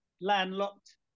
landlocked